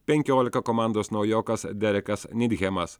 penkiolika komandos naujokas derekas nidhemas